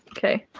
okay